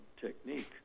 technique